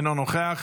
אינו נוכח,